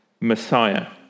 Messiah